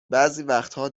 وقتها